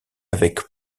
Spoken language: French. avec